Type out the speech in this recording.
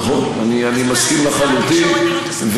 נכון, אני מסכים לחלוטין.